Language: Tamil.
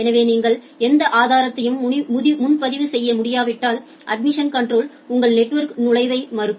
எனவே நீங்கள் எந்த ரிஸோஸர்ஸ்முன்பதிவு செய்ய முடியாவிட்டால் அட்மிஷன் கன்ட்ரோல் உங்கள் நெட்வொர்கிக்கான நுழைவை மறுக்கும்